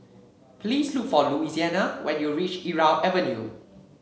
please look for Louisiana when you reach Irau Avenue